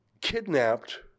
kidnapped